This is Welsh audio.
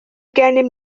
gennym